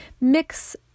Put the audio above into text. mix